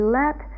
let